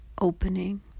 opening